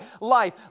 life